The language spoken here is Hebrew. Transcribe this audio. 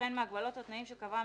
וכן מהגבלות או תנאים שקבע המנהל,